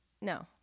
no